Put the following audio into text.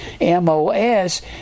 m-o-s